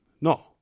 No